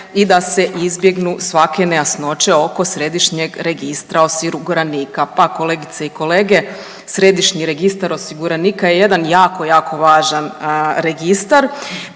i da se izbjegnu svake nejasnoće oko Središnjeg registra osiguranika? Pa kolegice i kolege, Središnji registar osiguranika je jedan jako, jako važan registar,